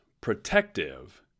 protective